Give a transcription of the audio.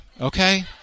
okay